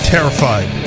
Terrified